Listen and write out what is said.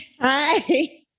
hi